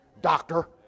doctor